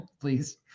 please